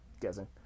guessing